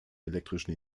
elektrischen